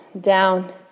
down